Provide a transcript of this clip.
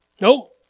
Nope